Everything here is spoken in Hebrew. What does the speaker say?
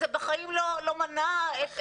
זה בחיים לא מנע פעילות.